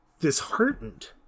disheartened